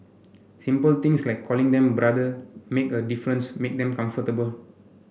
simple things like calling them 'brother' make a difference make them comfortable